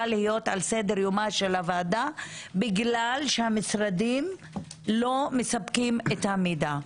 להיות על סדר יומה של הוועדה בגלל שהמשרדים לא מספקים את המידע.